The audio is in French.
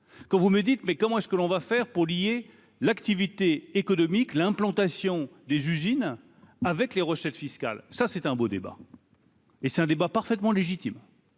quand vous me dites : mais comment est-ce que l'on va faire pour lier l'activité économique, l'implantation des usines avec les recettes fiscales, ça c'est un beau débat. Et c'est un débat parfaitement légitime.